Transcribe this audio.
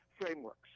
frameworks